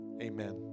amen